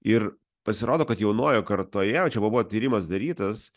ir pasirodo kad jaunoje kartoje o čia buvo tyrimas darytas